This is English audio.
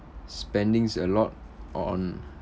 spendings a lot on